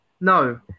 no